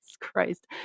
Christ